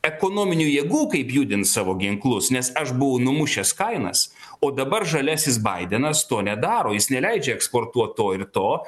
ekonominių jėgų kaip judint savo ginklus nes aš buvau numušęs kainas o dabar žaliasis baidenas to nedaro jis neleidžia eksportuot to ir to